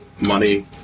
money